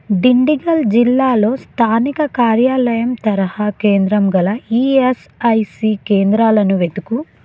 దిండిగల్ జిల్లాలో స్థానిక కార్యాలయం తరహా కేంద్రం గల ఈఎస్ఐసీ కేంద్రాలను వెతుకు